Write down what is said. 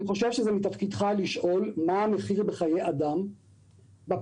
אני חושב שמתפקידך לשאול מה המחיר בחיי אדם בפריפריה.